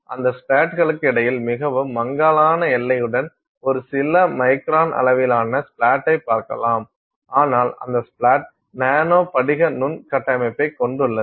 எனவே அந்த ஸ்ப்ளேட்டுகளுக்கு இடையில் மிகவும் மங்கலான எல்லையுடன் ஒரு சில மைக்ரான் அளவிலான ஸ்ப்ளாட்டைப் பார்க்கலாம் ஆனால் அந்த ஸ்ப்ளாட் நானோ படிக நுண் கட்டமைப்பைக் கொண்டுள்ளது